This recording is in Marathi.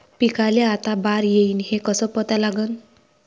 पिकाले आता बार येईन हे कसं पता लागन?